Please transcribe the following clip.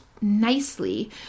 nicely